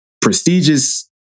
prestigious